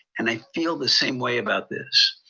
and i feel the same way about this.